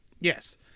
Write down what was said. Yes